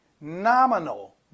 Nominal